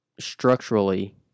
structurally